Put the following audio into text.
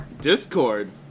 Discord